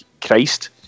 Christ